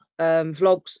vlogs